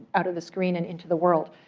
out of the screen and into the world.